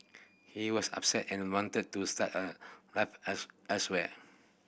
he was upset and wanted to start a life else elsewhere